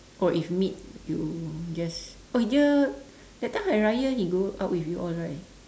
oh if meet you just oh dia that time hari-raya he go out with you all right